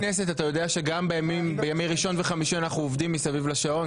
אתה יודע שגם בימי ראשון וחמישי אנחנו עובדים מסביב לשעון.